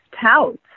touts